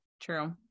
true